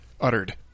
uttered